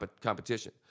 competition